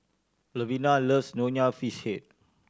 Lavina loves Nonya Fish Head